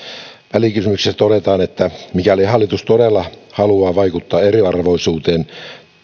välikysymyksessä todetaan että mikäli hallitus todella haluaa vaikuttaa eriarvoisuuteen